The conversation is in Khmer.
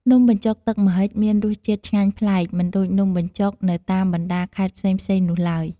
នំបញ្ចុកទឹកម្ហិចមានរសជាតិឆ្ងាញ់ប្លែក មិនដូចនំបញ្ចុក នៅតាមបណ្ដាខេត្តផ្សេងៗនោះឡើយ ។